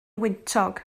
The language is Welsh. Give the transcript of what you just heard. wyntog